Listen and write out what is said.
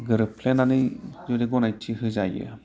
गोरोबफ्लेनानै गनायथि होजायो